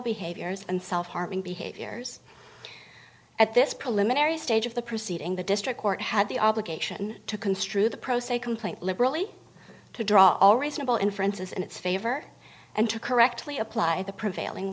behaviors and self harming behaviors at this preliminary stage of the proceeding the district court had the obligation to construe the pro se complaint liberally to draw all reasonable inferences in its favor and to correctly applied the prevailing